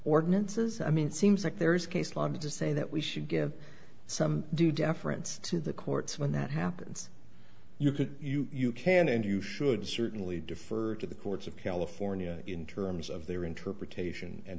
ordinances i mean it seems like there is case law to say that we should give some due deference to the courts when that happens you could you can and you should certainly defer to the courts of california in terms of their interpretation and